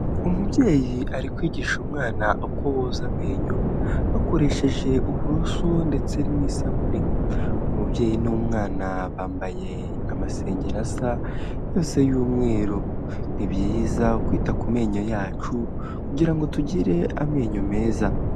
Umubyeyi ari kwigisha umwana uko boza amenyo bakoresheje ubuso ndetse n'isabune, umubyeyi n'umwana bambaye amasengeri asa yose y'umweru, ni byiza kwita ku menyo yacu kugira ngo tugire amenyo meza.